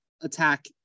attack